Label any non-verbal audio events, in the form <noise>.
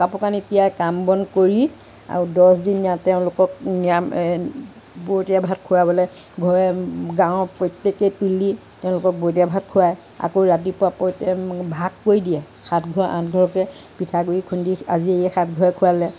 কাপোৰ কানি তিয়াঁই কাম বন কৰি আৰু দহদিনীয়া তেওঁলোকক নিৰামিষ বৰতীয়া ভাত খুৱাবলৈ ঘৰে গাৱঁৰ প্ৰত্যেকেই তুলি তেওঁলোকক বৰতীয়া ভাত খুৱায় আকৌ ৰাতিপুৱা <unintelligible> ভাগ কই দিয়ে সাত ঘৰ আঠ ঘৰকে পিঠাগুড়ি খুন্দি আজি এই সাত ঘৰে খুৱালৈ